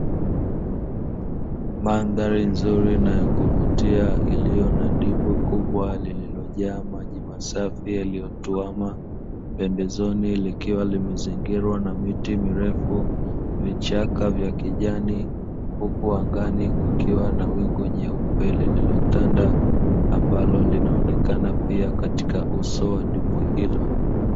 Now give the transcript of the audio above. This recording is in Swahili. Mandhari nzuri na ya kuvutia iliyo na dimbwi kubwa lililojaa maji masafi yaliyotuama, pembezoni likiwa limezingirwa na miti mirefu, vichaka vya kijani huku angani kukiwa na wingu jeupe lililotanda ambalo linaonekana pia katika uso wa dimbwi hilo.